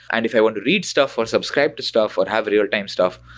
and if i want to read stuff or subscribe to stuff or have real-time stuff,